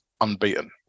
unbeaten